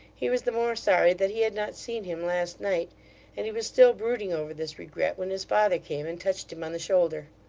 he was the more sorry that he had not seen him last night and he was still brooding over this regret, when his father came, and touched him on the shoulder.